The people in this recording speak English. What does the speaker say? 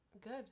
Good